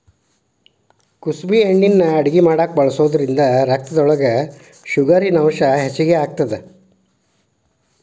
ಕುಸಬಿ ಎಣ್ಣಿನಾ ಅಡಗಿ ಮಾಡಾಕ ಬಳಸೋದ್ರಿಂದ ರಕ್ತದೊಳಗ ಶುಗರಿನಂಶ ಹೆಚ್ಚಿಗಿ ಆಗತ್ತದ